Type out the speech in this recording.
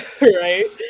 right